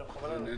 10:56.